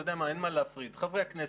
אתה יודע מה, אין מה להפריד חברי הכנסת,